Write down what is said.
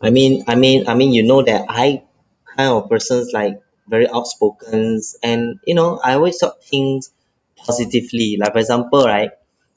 I mean I mean I mean you know that I the kind of person like very outspoken and you know I always thought things positively like for example right